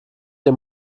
ihr